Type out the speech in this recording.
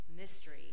Mystery